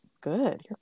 good